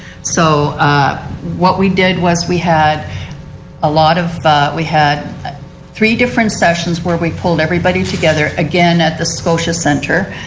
so what we did was we had a lot of we had three different sessions where we pulled everybody together again at the scotia center.